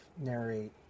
narrate